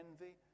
envy